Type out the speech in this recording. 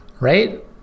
right